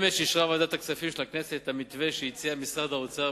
אמש אישרה ועדת הכספים של הכנסת את המתווה שהציע משרד האוצר,